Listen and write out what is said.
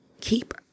keep